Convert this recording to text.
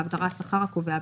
בהגדרה "השכר הקובע",